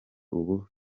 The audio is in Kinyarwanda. ubu